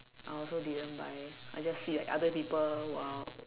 I also didn't buy I just see like other people !wow!